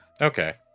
Okay